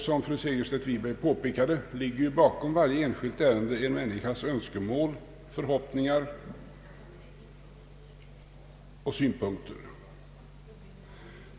Som fru Segerstedt Wiberg påpekat, ligger bakom varje enskilt ärende en människas önskemål, förhoppningar och synpunkter.